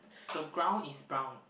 the ground is brown